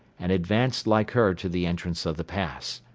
and advanced like her to the entrance of the pass.